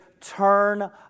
Turn